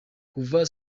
kuva